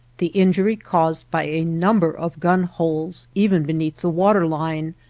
the injury caused by a number of gun holes even beneath the water line,